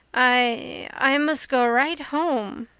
i i must go right home.